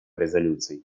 резолюций